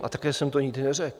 A také jsem to nikdy neřekl.